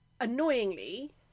annoyingly